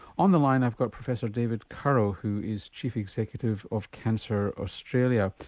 on the line i've got professor david currow who is chief executive of cancer australia.